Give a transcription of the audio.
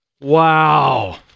Wow